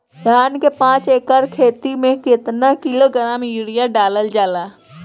धान के पाँच एकड़ खेती में केतना किलोग्राम यूरिया डालल जाला?